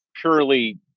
purely